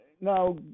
now